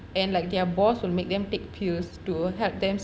and like their boss will make them take pills to help them